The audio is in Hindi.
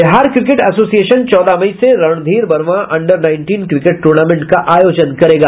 बिहार क्रिकेट एसोसिएशन चौदह मई से Randhir Verma under nineteen cricket tournament का आयोजन करेगा